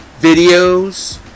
videos